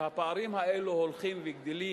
והפערים האלה הולכים וגדלים,